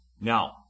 Now